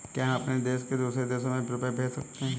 क्या हम अपने देश से दूसरे देश में रुपये भेज सकते हैं?